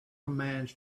commands